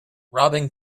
robbing